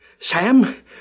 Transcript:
Sam